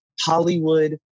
hollywood